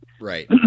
Right